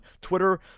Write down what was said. Twitter